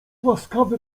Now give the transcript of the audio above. łaskawy